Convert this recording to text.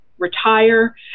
retire